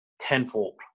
tenfold